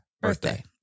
birthday